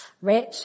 Rich